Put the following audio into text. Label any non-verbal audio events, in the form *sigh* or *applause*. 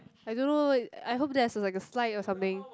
I don't know *noise* I hope there's like a slide or something